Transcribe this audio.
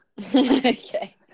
Okay